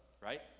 Right